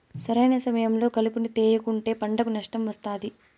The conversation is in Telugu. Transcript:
సరైన సమయంలో కలుపును తేయకుంటే పంటకు నష్టం వస్తాది